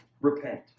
repent